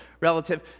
Relative